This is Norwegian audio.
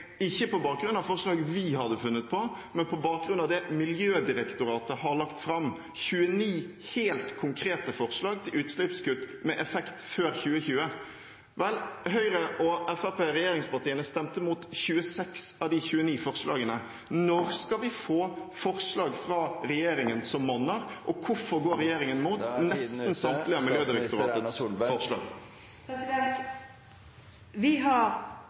ikke på bakgrunn av forslag vi hadde funnet på, men på bakgrunn av det Miljødirektoratet har lagt fram – 29 helt konkrete forslag til utslippskutt med effekt før 2020. Høyre og Fremskrittspartiet, regjeringspartiene, stemte imot 26 av de 29 forslagene. Når skal vi få forslag fra regjeringen som monner, og hvorfor går regjeringen imot nesten samtlige av Miljødirektoratets forslag? Vi har